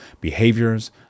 behaviors